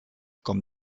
com